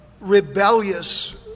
...rebellious